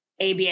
ABA